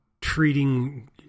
treating